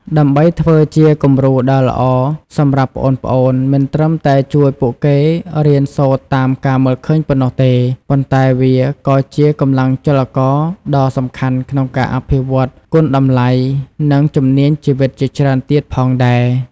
ដើម្បីធ្វើជាគំរូដ៏ល្អសម្រាប់ប្អូនៗ មិនត្រឹមតែជួយពួកគេរៀនសូត្រតាមការមើលឃើញប៉ុណ្ណោះទេ ប៉ុន្តែវាក៏ជាកម្លាំងចលករដ៏សំខាន់ក្នុងការអភិវឌ្ឍគុណតម្លៃ និងជំនាញជីវិតជាច្រើនទៀតផងដែរ ។